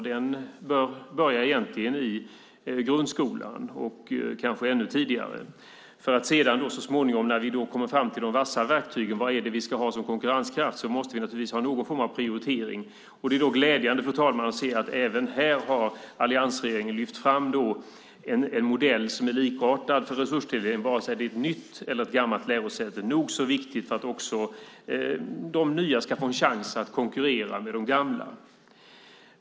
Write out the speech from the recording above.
Det börjar egentligen i grundskolan, kanske ännu tidigare. När vi kommer fram till de vassa verktygen och vad vi ska ha som konkurrenskraft måste vi naturligtvis ha någon form av prioritering. Det är då glädjande, fru talman, att se att även här har alliansregeringen lyft fram en modell som är likartad för resurstilldelning, vare sig det är ett nytt eller ett gammalt lärosäte. Det är nog så viktigt för att också de nya ska få en chans att konkurrera med de gamla.